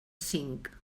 cinc